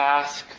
ask